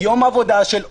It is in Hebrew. יום עבודה של הורים,